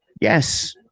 yes